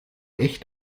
echt